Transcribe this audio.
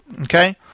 Okay